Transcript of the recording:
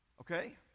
Okay